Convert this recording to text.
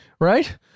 right